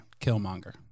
Killmonger